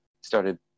started